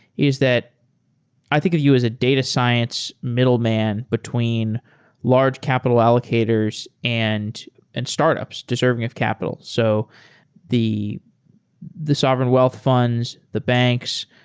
is that i think of you as a data science middleman between large capital allocators and and startups deserving of capital. so the the sovereign wealth funds, the banks,